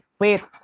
wait